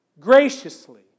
graciously